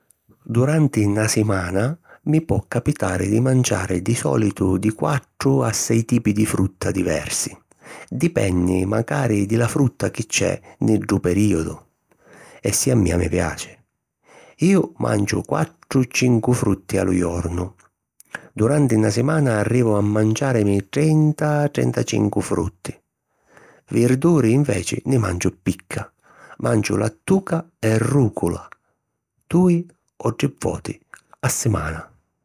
Duranti na simana mi po capitari di manciari di sòlitu di quattru a sei tipi di frutta diversi; dipenni macari di la frutta chi c'è nni ddu perìodu e si a mia mi piaci. Iu manciu quattru - cincu frutti a lu jornu. Duranti na simana arrivu a manciàrimi trenta - trentacincu frutti. Virduri, inveci, nni manciu picca. Manciu lattuca e rùcula, dui o tri voti a simana.